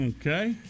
Okay